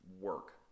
work